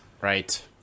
right